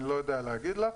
אני לא יודע להגיד לך,